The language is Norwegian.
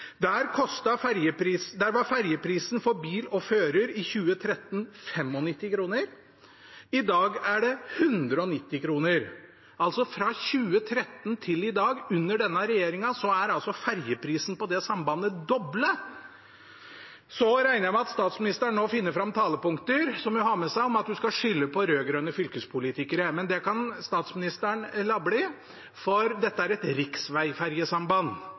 Der var ferjeprisen for bil og fører i 2013 95 kr, i dag er den 190 kr. Fra 2013 til i dag, under denne regjeringen, er altså ferjeprisen på det sambandet doblet. Jeg regner med at statsministeren nå finner fram talepunkter som hun har med seg, om at hun skal skylde på rød-grønne fylkespolitikere. Men det kan statsministeren la bli, for dette er et